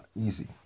easy